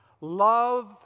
Love